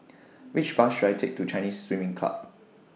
Which Bus should I Take to Chinese Swimming Club